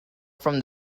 from